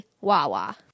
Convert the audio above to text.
Wawa